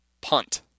Punt